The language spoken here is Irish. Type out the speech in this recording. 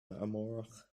amárach